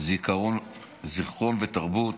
זיכרון ותרבות,